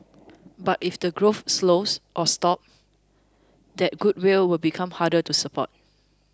but if the growth slows or stops that goodwill will become harder to support